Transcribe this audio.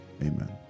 amen